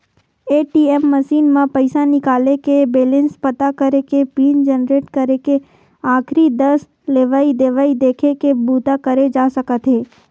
ATM machine म पइसा निकाले के, बेलेंस पता करे के, पिन जनरेट करे के, आखरी दस लेवइ देवइ देखे के बूता करे जा सकत हे